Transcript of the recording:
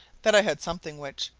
that i had something which,